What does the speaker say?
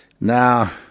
Now